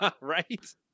Right